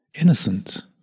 innocent